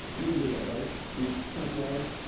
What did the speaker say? you can do that, right? can you count the arrows,